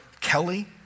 Kelly